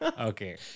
Okay